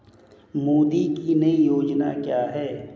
मोदी की नई योजना क्या है?